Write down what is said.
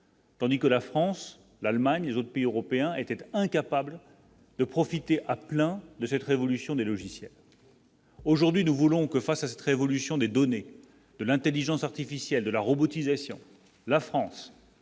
Tandis que la France, l'Allemagne, les autres pays européens étaient incapables de profiter à plein de cette révolution des logiciels. Aujourd'hui, nous voulons que face à cette révolution des données de l'Intelligence artificielle de la robotisation, la France,